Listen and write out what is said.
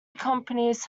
accompanies